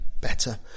better